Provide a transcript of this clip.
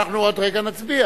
אנחנו עוד רגע נצביע.